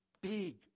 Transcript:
big